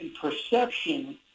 perception